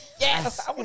Yes